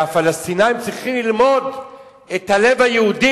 והפלסטינים צריכים ללמוד את הלב היהודי,